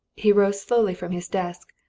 he rose slowly from his desk,